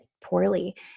poorly